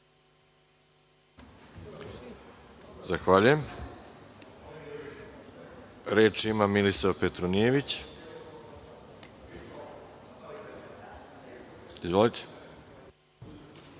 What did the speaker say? Zahvaljujem. Reč ima Milisav Petronijević. Izvolite.